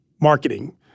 marketing